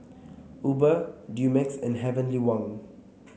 Uber Dumex and Heavenly Wang